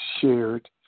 shared